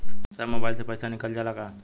साहब मोबाइल से पैसा निकल जाला का?